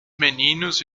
meninos